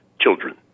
children